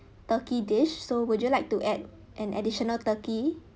turkey dish so would you like to add an additional turkey